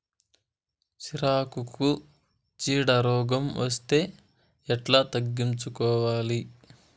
సిరాకుకు చీడ రోగం వస్తే ఎట్లా తగ్గించుకోవాలి?